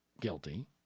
guilty